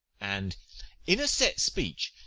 and in a set speech,